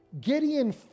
Gideon